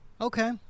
Okay